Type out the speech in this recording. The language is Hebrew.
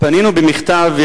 פנינו במכתב,